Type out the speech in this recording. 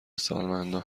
سالمندان